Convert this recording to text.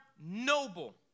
noble